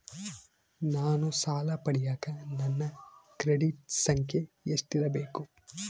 ನಾನು ಸಾಲ ಪಡಿಯಕ ನನ್ನ ಕ್ರೆಡಿಟ್ ಸಂಖ್ಯೆ ಎಷ್ಟಿರಬೇಕು?